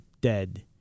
dead